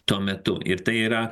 tuo metu ir tai yra